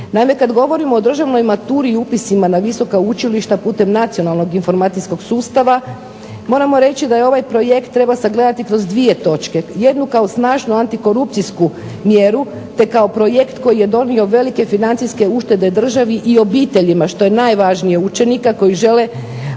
Naime, kada govorimo o državnoj maturi i upisima na visoka učilišta putem nacionalnog informacijskog sustava moramo reći da je ovaj projekt treba sagledati kroz dvije točke. Jednu kao snažnu antikorupcijsku mjeru te kao projekt koji je donio velike financijske uštede državi i obiteljima, što je najvažnije učenika koji žele upisati